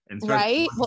Right